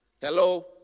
hello